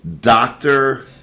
doctor